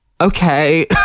okay